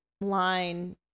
line